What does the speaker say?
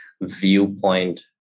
viewpoint